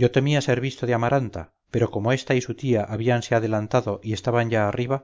yo temía ser visto de amaranta pero como esta y su tía habíanse adelantado y estaban ya arriba